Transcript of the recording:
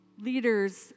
Leaders